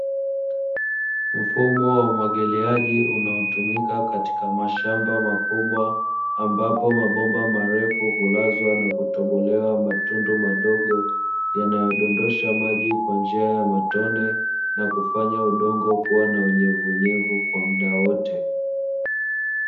Mfumo wa umwagiliaji unaotumika katika mashamba makubwa, ambapo mabomba marefu hulazwa na kutobolewa matundu madogo yayodondosha maji kwa njia ya matone, na kufanya udongo kuwa na unyevunyevu kwa mda wote.